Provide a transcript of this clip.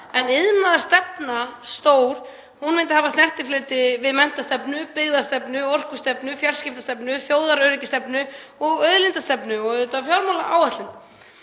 Iðnaðarstefna er stór og hún myndi hafa snertifleti við menntastefnu, byggðastefnu, orkustefnu, fjarskiptastefnu, þjóðaröryggisstefnu, auðlindastefnu og auðvitað fjármálaáætlun.